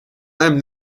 einem